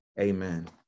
Amen